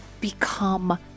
become